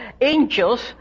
angels